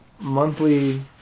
monthly